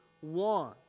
one